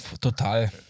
Total